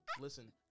Listen